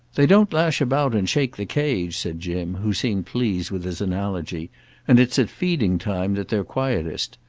they don't lash about and shake the cage, said jim, who seemed pleased with his analogy and it's at feeding-time that they're quietest.